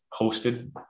hosted